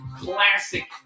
classic